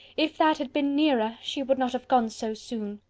if that had been nearer, she would not have gone so soon.